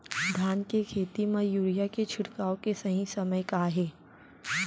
धान के खेती मा यूरिया के छिड़काओ के सही समय का हे?